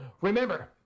remember